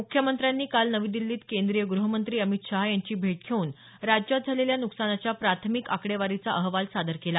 मुख्यमंत्र्यांनी काल नवी दिल्लीत केंद्रीय गृहमंत्री अमित शहा यांची भेट घेऊन राज्यात झालेल्या नुकसानाच्या प्राथमिक आकडेवारीचा अहवाल सादर केला